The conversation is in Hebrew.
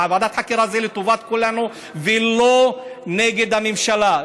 וועדת החקירה זה לטובת כולנו ולא נגד הממשלה.